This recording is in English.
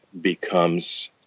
becomes